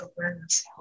awareness